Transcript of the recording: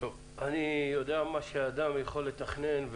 אני יודע כמה אדם יודע לתכנן,